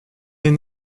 est